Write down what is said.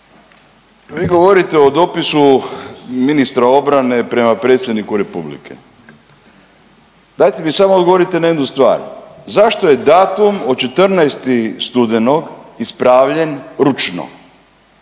Vi govorite o dopisu ministra obrane prema Predsjedniku Republike. Dajte mi samo odgovorite na jednu stvar. Zašto je datum od 14. studenog ispravljen ručno?